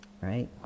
right